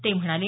ते म्हणाले